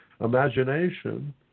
imagination